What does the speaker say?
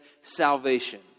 salvation